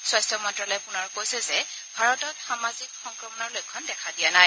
স্বাস্থ্য মন্ত্ৰালয়ে পূনৰ কৈছে যে ভাৰতত সামাজিক সংক্ৰমণ হোৱা নাই